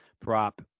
prop